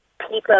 People